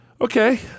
Okay